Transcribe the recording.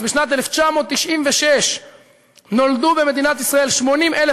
בשנת 1996 נולדו במדינת ישראל 80,000